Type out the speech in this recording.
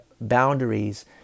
boundaries